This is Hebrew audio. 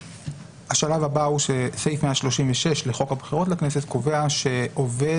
השלב הבא הוא שסעיף 136 לחוק הבחירות לכנסת קובע שעובד